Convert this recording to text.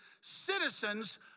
citizens